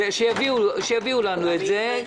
שיביאו לנו את זה.